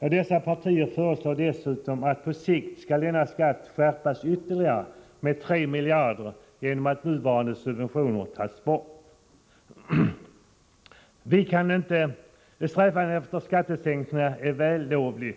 Ja, dessa partier föreslår dessutom att på sikt denna skatt skärps ytterligare med 3 miljarder genom att nuvarande Strävan efter skattesänkningar är vällovlig,